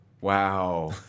Wow